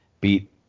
beat